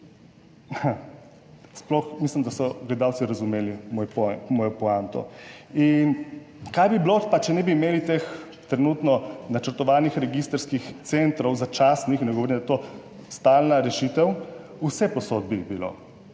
Sploh, mislim, da so gledalci razumeli mojo poanto. In, kaj bi bilo pa, če ne bi imeli teh trenutno načrtovanih registrskih centrov, začasnih, ne govorim, da je to stalna rešitev. Vsepovsod bi jih bilo,